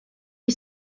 est